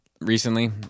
recently